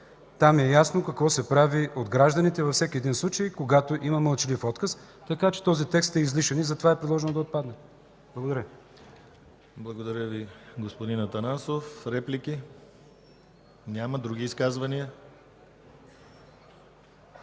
Там е ясно какво се прави от гражданите във всеки един случай, когато има мълчалив отказ. Така че този текст е излишен и затова е предложено да отпадне. Благодаря Ви. ПРЕДСЕДАТЕЛ ДИМИТЪР ГЛАВЧЕВ: Благодаря Ви, господин Атанасов. Реплики? Няма. Други изказвания?